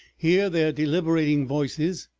hear their deliberating voices.